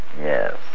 Yes